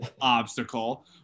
obstacle